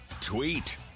tweet